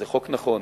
זה חוק נכון.